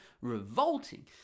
revolting